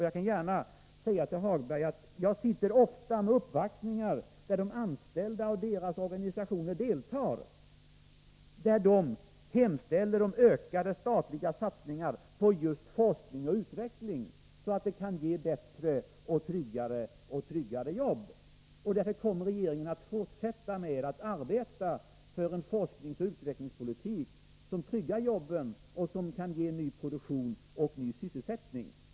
Jag kan gärna säga till Lars-Ove Hagberg att jag ofta sitter med uppvaktningar där de anställda och deras organisationer deltar och där de hemställer om ökade statliga satsningar på just forskning och utveckling, som kan ge bättre och tryggare jobb. Regeringen kommer därför att fortsätta att arbeta för en forskningsoch utvecklingspolitik som tryggar jobben och kan ge ny produktion och ny sysselsättning.